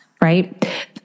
right